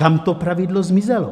Kam to pravidlo zmizelo?